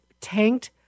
tanked